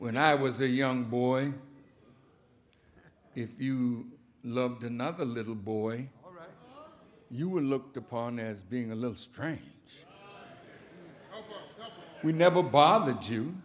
when i was a young boy if you loved another little boy you were looked upon as being a little strange we never bothered